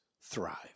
thrive